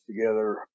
together